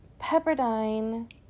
Pepperdine